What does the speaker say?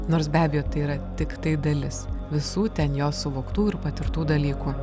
nors be abejo tai yra tiktai dalis visų ten jo suvoktų ir patirtų dalykų